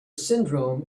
syndrome